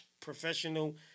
professional